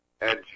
edge